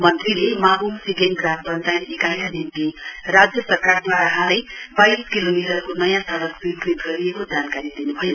मन्त्रीले माबोङ सिगेङ ग्राम पञ्चायत इकाइका निम्ति राज्य सरकारद्वारा हालै बाइस किलोमिटरको नयाँ सडक स्वीकृत गरिएको जानकारी दिन्भयो